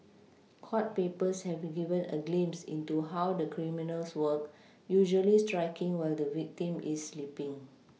court papers have given a glimpse into how the criminals work usually striking while the victim is sleePing